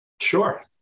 Sure